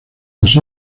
las